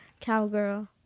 cowgirl